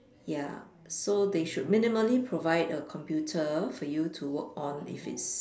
ya so they should minimally provide a computer for you to work on if it's